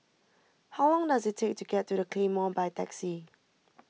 how long does it take to get to the Claymore by taxi